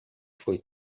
foi